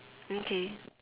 okay